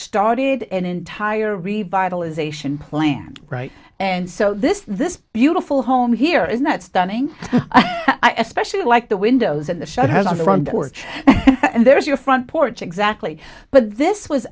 started an entire revitalization plan right and so this this beautiful home here is not stunning i especially like the windows and the shed has on the front porch and there's your front porch exactly but this was